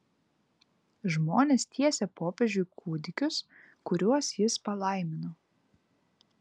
žmonės tiesė popiežiui kūdikius kuriuos jis palaimino